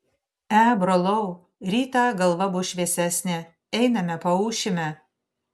e brolau rytą galva bus šviesesnė einame paūšime